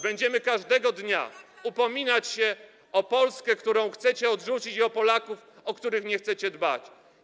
Będziemy każdego dnia upominać się o Polskę, którą chcecie odrzucić, i o Polaków, o których nie chcecie dbać.